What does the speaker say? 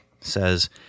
says